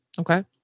Okay